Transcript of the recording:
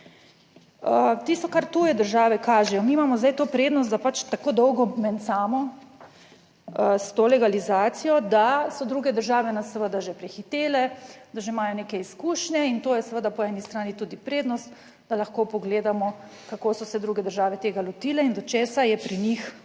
Tisto, kar tuje države kažejo, mi imamo zdaj to prednost, da pač tako dolgo mencamo s to legalizacijo, da so druge države nas seveda že prehitele, da že imajo neke izkušnje in to je seveda po eni strani tudi prednost, da lahko pogledamo, kako so se druge države tega lotile in do česa je pri njih